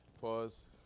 Pause